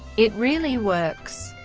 it really works.